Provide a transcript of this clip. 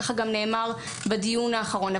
ככה גם נאמר בדיון האחרון.